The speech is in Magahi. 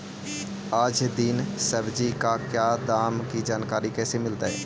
आज दीन सब्जी का क्या दाम की जानकारी कैसे मीलतय?